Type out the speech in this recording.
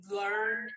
learn